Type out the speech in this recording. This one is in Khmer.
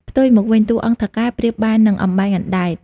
ផ្ទុយមកវិញ តួអង្គ ថៅកែ ប្រៀបបាននឹង "អំបែងអណ្ដែត"។